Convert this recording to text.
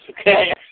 Okay